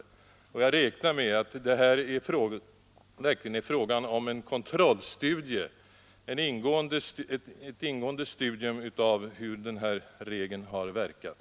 Jag vill tillägga att jag räknar med att det här är fråga om en verklig kontrollstudie, alltså ett ingående studium av hur denna regel har verkat.